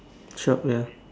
shop ya